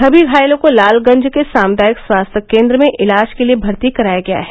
सभी घायलों को लालगंज के सामुदायिक स्वास्थ्य केंद्र में इलाज के लिए भर्ती कराया गया है